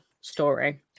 story